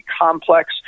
complex